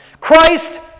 Christ